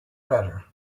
better